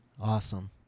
Awesome